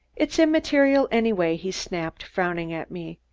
it's immaterial anyway, he snapped, frowning at me.